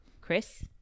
Chris